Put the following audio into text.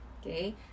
Okay